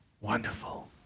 Wonderful